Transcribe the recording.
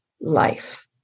life